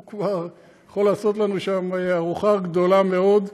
הוא כבר יכול לעשות לנו שם ארוחה גדולה מאוד,